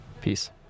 Peace